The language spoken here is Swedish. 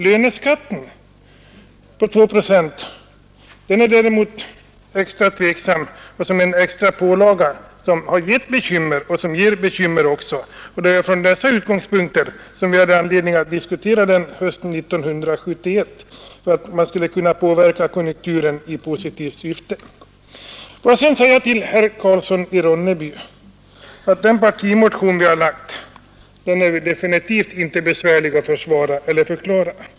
Löneskatten på 2 procent är däremot en tvivelaktig extra pålaga, som har gett och ger oss bekymmer. Det var från dessa utgångspunkter vi hade anledning att diskutera löneskatten under hösten 1971 med hänsyn till att en justering av den skulle kunna påverka konjunkturen i positiv riktning. Får jag sedan säga till herr Karlsson i Ronneby att den partimotion vi har lagt fram absolut inte är besvärlig att försvara eller förklara!